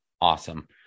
Awesome